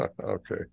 Okay